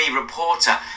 reporter